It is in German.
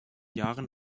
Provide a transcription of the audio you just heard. jahren